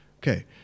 Okay